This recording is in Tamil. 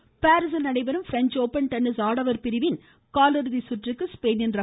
டென்னிஸ் பாரீசில் நடைபெறும் பிரஞ்ச் ஓப்பன் டென்னிஸ் ஆடவர் பிரிவின் காலிறுதி சுற்றுக்கு ஸ்பெயினின் ர